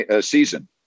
season